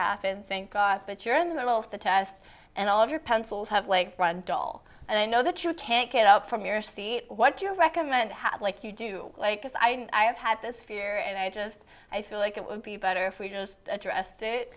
happened thank god but you're in the middle of the test and all of your pencils have lakefront all and i know that you can't get up from your seat what do you recommend have like you do like this i mean i have had this fear and i just i feel like it would be better if we just addressed it